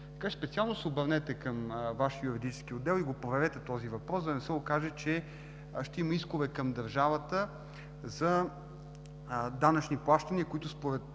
Специално се обърнете към Вашия юридически отдел и проверете този въпрос, за да не се окаже, че ще има искове към държавата за данъчни плащания, които според